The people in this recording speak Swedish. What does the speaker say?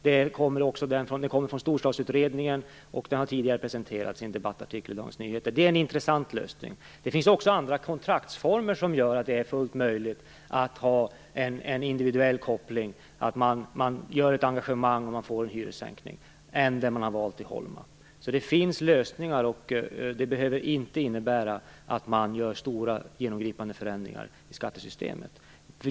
Den kommer från Storstadsutredningen och har tidigare presenterats i en debattartikel i Dagens Nyheter. Det är en intressant lösning. Det finns också andra kontraktsformer - former som gör att det är fullt möjligt att ha en individuell koppling och ett engagemang som ger hyressänkning - än den som man har valt i Holma. Det finns lösningar som inte behöver innebära stora genomgripande förändringar i skattesystemet.